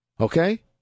Okay